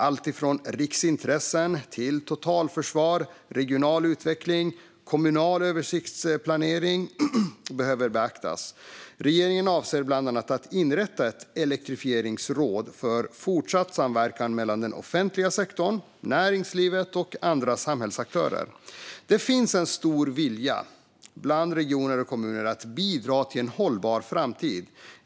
Allt från riksintressen och totalförsvar till regional utveckling och kommunal översiktsplanering behöver beaktas. Regeringen avser bland annat att inrätta ett elektrifieringsråd för fortsatt samverkan mellan den offentliga sektorn, näringslivet och andra samhällsaktörer. Det finns en stor vilja bland regioner och kommuner att bidra till en hållbar framtid.